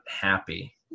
happy